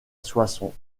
soissons